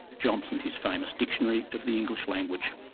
johnson his famous dictionary of the english language,